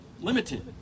limited